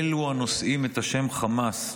אלו הנושאים את השם חמאס,